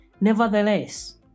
Nevertheless